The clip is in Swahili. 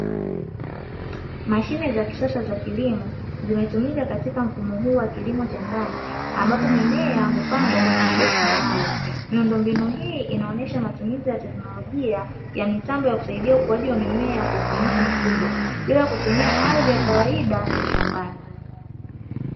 Mashine za kisasa za kilimo zimetumika katika mfumo huu wa kilimo cha ndani ambapo mimea hupandwa kwenye maboksi maalumu, miundombinu hii inaonyesha matumizi ya teknolojia ya mitambo ya kusaidia ukuaji wa mimea kwa ufanisi mkubwa bila kutumia ardhi ya kawaida ya shambani.